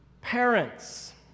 Parents